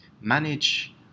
manage